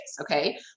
Okay